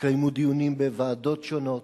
התקיימו דיונים בוועדות שונות.